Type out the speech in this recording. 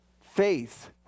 faith